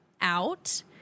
out